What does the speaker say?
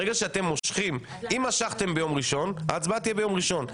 ברגע שאתם מושכים: אם משכתם ביום ראשון ההצבעה תהיה ביום ראשון.